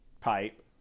pipe